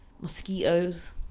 mosquitoes